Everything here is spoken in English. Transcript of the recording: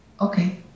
Okay